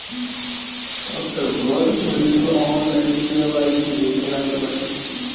अबतअ घर बईठल ऑनलाइन के.वाई.सी होखे लागल बाटे